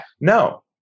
no